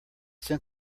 sent